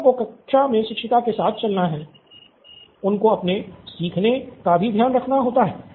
बच्चों को कक्षा मे शिक्षिका के साथ चलना हैं उनको अपने सीखने का भी ध्यान रखना होता है